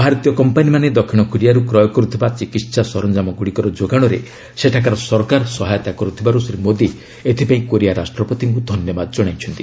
ଭାରତୀୟ କମ୍ପାନୀମାନେ ଦକ୍ଷିଣ କୋରିଆରୁ କ୍ରୟ କରୁଥିବା ଚିକିତ୍ସା ସରଞ୍ଜାମଗୁଡ଼ିକର ଯୋଗାଣରେ ସେଠାକାର ସରକାର ସହାୟତା କରୁଥିବାରୁ ଶ୍ରୀ ମୋଦୀ ଏଥିପାଇଁ କୋରିଆ ରାଷ୍ଟ୍ରପତିଙ୍କୁ ଧନ୍ୟବାଦ ଜଣାଇଛନ୍ତି